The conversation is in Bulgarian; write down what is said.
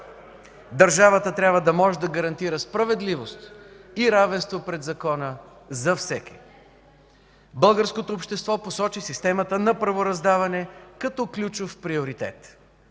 Държавата трябва да може да гарантира справедливост и равенство пред закона за всеки. Българското общество посочи системата на правораздаване като ключов приоритет.